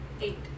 Eight